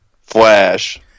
Flash